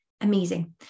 Amazing